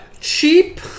cheap